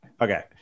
Okay